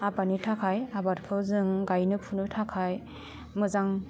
आबादनि थाखाइ आबादखौ जों गाइनो फुनो थाखाइ मोजां